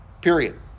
period